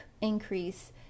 increase